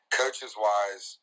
coaches-wise